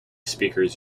speakers